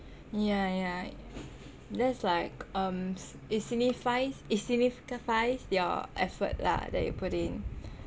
yah yah that's like um s~ it signifies it signifies your effort lah that you put in